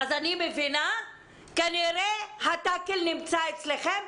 אז אני מבינה שכנראה התאקל נמצא אצלכם,